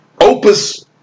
opus